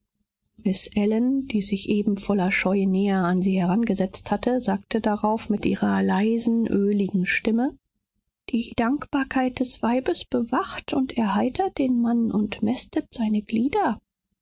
miß ellen die sich eben voller scheu näher an sie herangesetzt hatte sagte darauf mit ihrer leisen öligen stimme die dankbarkeit des weibes bewacht und erheitert den mann und mästet seine glieder